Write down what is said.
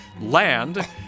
land